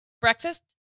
breakfast